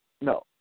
No